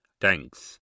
Thanks